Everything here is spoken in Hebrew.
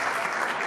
כפיים)